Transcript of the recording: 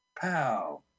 Pow